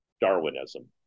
darwinism